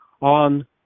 on